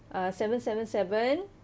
uh seven seven seven